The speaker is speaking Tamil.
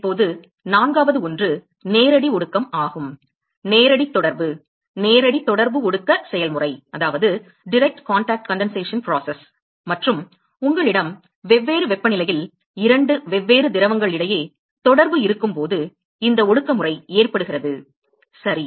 இப்போது நான்காவது ஒன்று நேரடி ஒடுக்கம் ஆகும் நேரடி தொடர்பு நேரடி தொடர்பு ஒடுக்க செயல்முறை மற்றும் உங்களிடம் வெவ்வேறு வெப்பநிலையில் இரண்டு வெவ்வேறு திரவங்கள் இடையே தொடர்பு இருக்கும்போது போது இந்த ஒடுக்க முறை ஏற்படுகிறது சரி